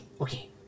okay